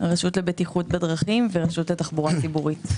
רשות הבטיחות בדרכים ורשות לתחבורה ציבורית.